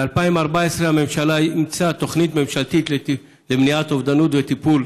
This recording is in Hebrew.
ב-2014 הממשלה אימצה תוכנית ממשלתית למניעת אובדנות ולטיפול